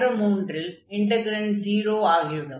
மற்ற மூன்றில் இன்டக்ரென்ட் 0 ஆகும்